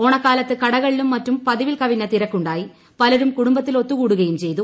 ഓണക്കാലത്ത് കടകളിലും മറ്റും പതിവിൽ കവിഞ്ഞ തിരക്കുണ്ടായി പലരും കുടുംബത്തിൽ ഒത്തുകൂടുകയും ചെയ്തു